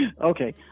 Okay